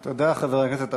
תודה, חבר הכנסת אגבאריה.